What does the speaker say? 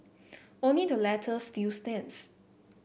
only the latter still stands